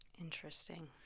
interesting